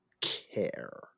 care